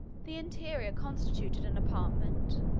the interior constituted an apartment,